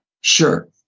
Sure